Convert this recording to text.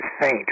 faint